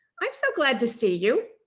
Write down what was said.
i'm so glad to see you.